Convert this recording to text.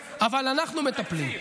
אבל אנחנו מטפלים.